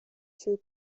true